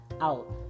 out